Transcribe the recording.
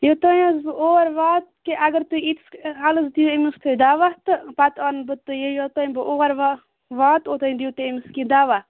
یوٚتانۍ حظ بہٕ اور واتہٕ کہِ اَگر تُہۍ ییٖتِس کالَس دِیو أمِس تُہۍ دَوا تہٕ پَتہٕ اَنہٕ بہٕ تہٕ یوٚتانۍ بہٕ اور وا واتہٕ تہٕ اوٚتانۍ دِیو تُہۍ أمِس کیٚنٛہہ دوا